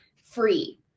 free